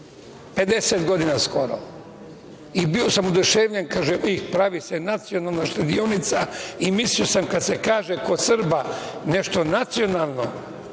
50 godina, i bio sam oduševljen – ih, pravi se Nacionalna štedionica i mislio sam kad se kaže kod Srba nešto nacionalno,